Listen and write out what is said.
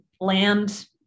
land